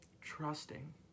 trusting